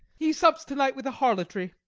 he sups to-night with a harlotry,